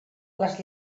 les